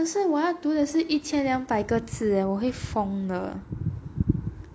可是我要读的是一千两百个字耶我会疯的